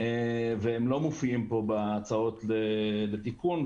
והם לא מופיעים פה בהצעות לתיקון,